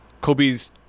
Kobe's